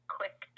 quick